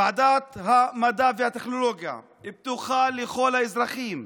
ועדת המדע והטכנולוגיה פתוחה לכל האזרחים.